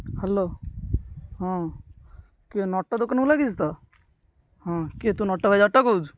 hello ହଁ କିଏ ନଟ ଦୋକାନକୁ ଲାଗିଛି ତ ହଁ କିଏ ତୁ ନଟ ଭାଇ ଜଟ କହୁଛୁ